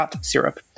syrup